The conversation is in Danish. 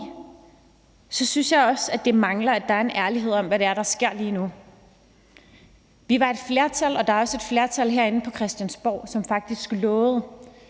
det synes jeg også, at der mangler en ærlighed om, hvad det er, der sker lige nu. Vi var et flertal – og der er også et flertal herinde på Christiansborg – som faktisk lovede,